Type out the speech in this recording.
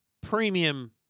premium